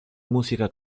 música